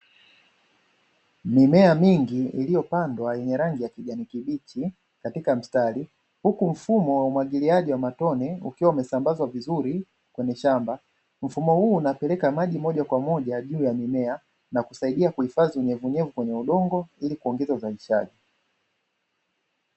Mimea mingi iliyopandwa yenye rangi ya kijani kibichi katika mstari huku mfumo wa umwagiliaji kwa matone ukiwa umesambazwa vizuri kwenye shamba. mfumo huu unapeleka maji moja kwa moja juu ya mimea na kusaidia kuhifadhi unyevu unyevu kwenye udongo ili kuongeza uzalishaji.